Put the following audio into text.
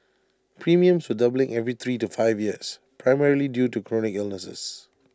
premiums were doubling every three to five years primarily due to chronic illnesses